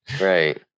Right